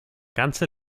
ganze